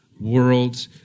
world